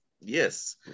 Yes